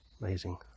amazing